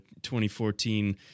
2014